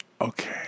okay